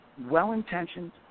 well-intentioned